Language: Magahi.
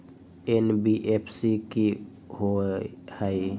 एन.बी.एफ.सी कि होअ हई?